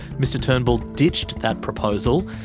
mr turnbull ditched that proposal,